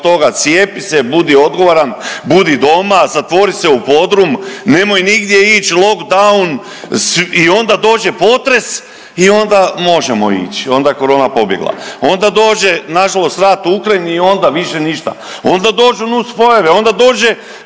toga cijepi se, budi odgovoran, budi doma, zatvori se u podrum, nemoj nigdje ići lockdown i onda dođe potres i ona možemo ići, ona je korona pobjegla. Onda dođe nažalost rat u Ukrajini i onda više ništa. Onda dođu nus pojave, onda dođe